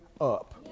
up